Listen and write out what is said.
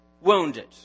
wounded